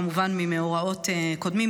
כמובן ממאורעות קודמים,